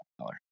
color